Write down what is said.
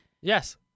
Yes